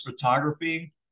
photography